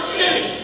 city